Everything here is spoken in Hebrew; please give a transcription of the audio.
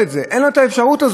במקביל לאותם קשישים,